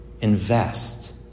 Invest